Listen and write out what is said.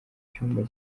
cyumba